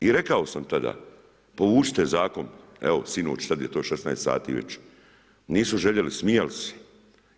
I rekao sam tada povucite zakon, evo sinoć, sada je to 16 sati već, nisu željeli, smijali su se.